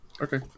Okay